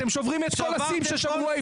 אתם שוברים את כל השיאים ששברו אי פעם.